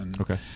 Okay